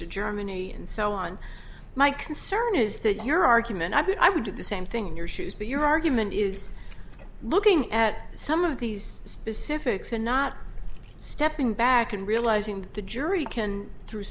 to germany and so on my concern is that your argument i mean i would do the same thing in your shoes but your argument is looking at some of these specifics and not stepping back and realizing that the jury can through